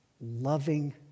loving